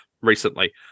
recently